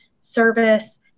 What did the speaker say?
service